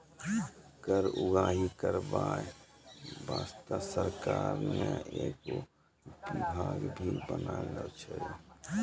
कर उगाही करबाय बासतें सरकार ने एगो बिभाग भी बनालो छै